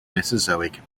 mesozoic